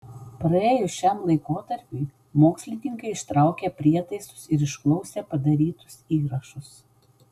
praėjus šiam laikotarpiui mokslininkai ištraukė prietaisus ir išklausė padarytus įrašus